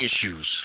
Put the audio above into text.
issues